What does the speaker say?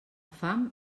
fam